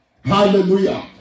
Hallelujah